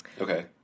Okay